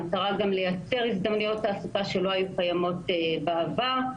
המטרה היא גם לייצר הזדמנויות תעסוקה שלא היו קיימות בעבר.